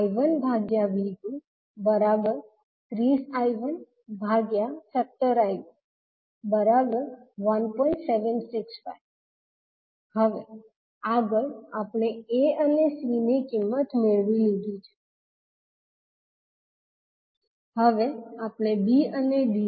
765 હવે આગળ આપણે A અને C ની કિંમત મેળવી લીધી છે હવે આપણે B અને D